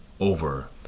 over